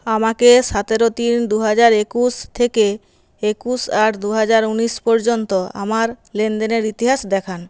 আমাকে সতেরো তিন দু হাজার একুশ থেকে একুশ আট দু হাজার ঊনিশ পর্যন্ত আমার লেনদেনের ইতিহাস দেখান